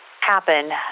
happen